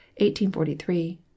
1843